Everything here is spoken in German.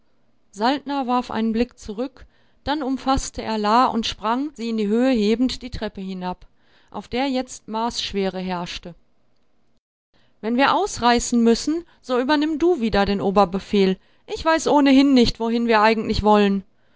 saltner warf einen blick zurück dann umfaßte er la und sprang sie in die höhe hebend die treppe hinab auf der jetzt marsschwere herrschte wenn wir ausreißen müssen so übernimm du wieder den oberbefehl ich weiß ohnehin nicht wohin wir eigentlich wollen